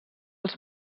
els